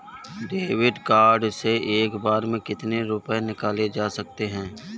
David card से एक बार में कितनी रूपए निकाले जा सकता है?